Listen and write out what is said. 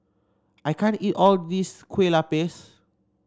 I can't eat all of this Kue Lupis